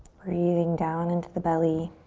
breathing down into the belly.